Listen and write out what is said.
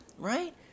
Right